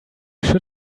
should